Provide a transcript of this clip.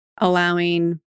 allowing